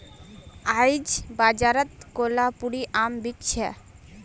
आईज बाजारत कोहलापुरी आम बिक छ